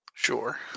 Sure